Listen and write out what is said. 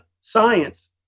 science